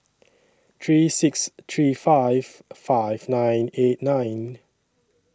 three six three five five nine eight nine